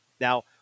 Now